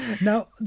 Now